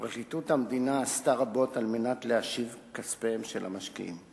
פרקליטות המדינה עשתה רבות על מנת להחזיר את כספיהם של המשקיעים.